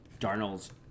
Darnold's